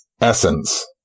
essence